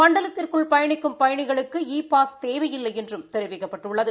மண்டலத்திற்குள் பயணிக்கும் பயணிகளுக்கு e pass தேவையில்லை என்றம் தெரிவிக்கப்பட்டுள்ளது